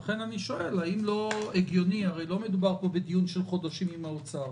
הרי לא מדובר פה בדיון של חודשים עם האוצר,